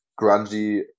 grungy